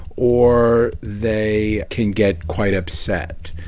or they can get quite upset.